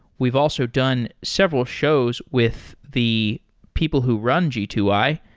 we've also done several shows with the people who run g two i,